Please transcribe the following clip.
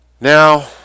now